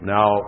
Now